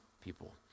people